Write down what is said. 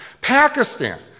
Pakistan